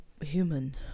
human